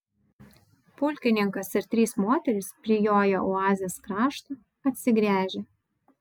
pulkininkas ir trys moterys prijoję oazės kraštą atsigręžė